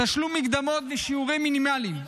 תשלום מקדמות בשיעורים מינימליים,